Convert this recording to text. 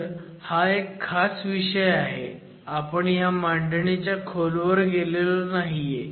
तर हा एक खास विषय आहे आपण ह्या मांडणीच्या खोलवर गेलेलो नाहीये